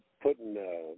putting